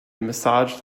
massage